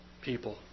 people